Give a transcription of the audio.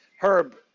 Herb